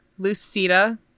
Lucita